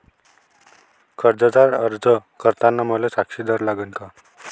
कर्जाचा अर्ज करताना मले साक्षीदार लागन का?